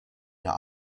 der